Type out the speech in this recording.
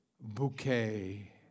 bouquet